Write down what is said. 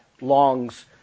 longs